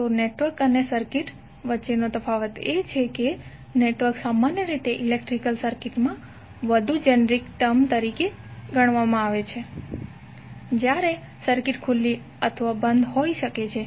તો નેટવર્ક અને સર્કિટ વચ્ચેનો તફાવત એ છે કે નેટવર્ક સામાન્ય રીતે ઇલેક્ટ્રિકલ સર્કિટ માટે વધુ જેનરીક ટર્મ તરીકે ગણવામાં આવે છે જ્યાં સર્કિટ ખુલ્લી અથવા બંધ હોઇ શકે છે